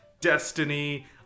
Destiny